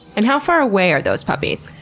and how far away are those puppies?